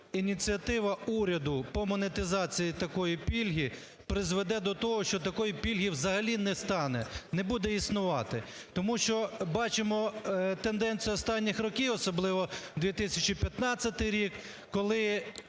ініціатива уряду по монетизації такої пільги призведе до того, що такої пільги взагалі не стане, не буде існувати? Тому що бачимо тенденцію останніх років, особливо 2015 рік, коли